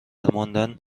ماندن